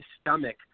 stomach